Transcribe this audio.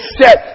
set